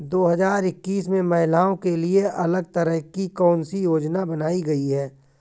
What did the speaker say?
दो हजार इक्कीस में महिलाओं के लिए अलग तरह की कौन सी योजना बनाई गई है?